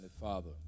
Father